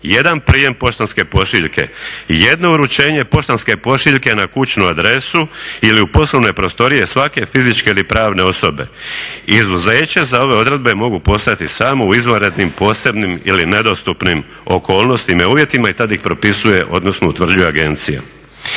1 prijem poštanske pošiljke, 1 uručenje poštanske pošiljke na kućnu adresu ili u poslovne prostorije svake fizičke ili pravne osobe. Izuzeće za ove odredbe mogu postojati samo u izvanrednim posebnim ili nedostupnim okolnostima i uvjetima i tad ih propisuje, odnosno utvrđuje agencija.